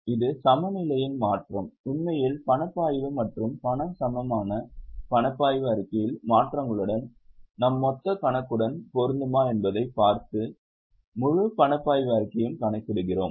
இது சமநிலையின் மாற்றம் உண்மையில் பணப்பாய்வு மற்றும் பண சமமான பணப்பாய்வு அறிக்கையின் மாற்றங்களுடன் நம் மொத்த கணக்குடன் பொருந்துமா என்பதைப் பார்த்து முழு பணப்பாய்வு அறிக்கையையும் கணக்கிடுகிறோம்